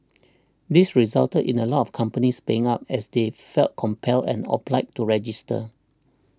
this resulted in a lot of companies paying up as they felt compelled and obliged to register